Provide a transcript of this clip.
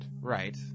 Right